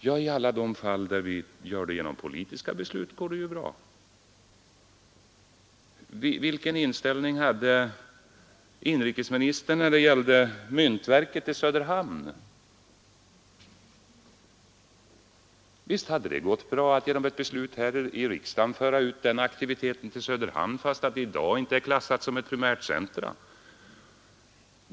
Ja, i alla de fall där vi kan fatta politiska beslut om det går det ju bra. Vilken inställning hade inrikesministern när det gällde myntverkets utflyttning till Söderhamn? Visst hade det gått bra att genom ett beslut här i riksdagen föra ut den aktiviteten till Söderhamn fastän detta i dag inte är klassat som primärcentrum.